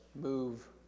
move